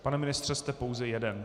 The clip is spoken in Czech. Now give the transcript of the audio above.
Pane ministře, jste pouze jeden.